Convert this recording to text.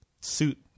suit